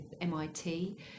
MIT